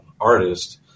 artist